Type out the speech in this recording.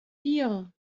vier